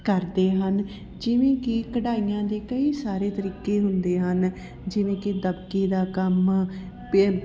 ਕਰਦੇ ਹਨ ਜਿਵੇਂ ਕਿ ਕਢਾਈਆਂ ਦੇ ਕਈ ਸਾਰੇ ਤਰੀਕੇ ਹੁੰਦੇ ਹਨ ਜਿਵੇਂ ਕਿ ਦਬਕੇ ਦਾ ਕੰਮ ਪੇ